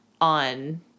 on